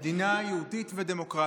במדינה יהודית ודמוקרטית.